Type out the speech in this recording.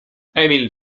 emil